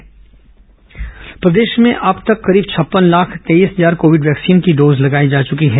corona टीकाकरण प्रदेश में अब तक करीब छप्पन लाख तेईस हजार कोविड वैक्सीन की डोज दी जा चुकी है